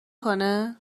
کنه